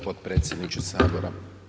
potpredsjedniče Sabora.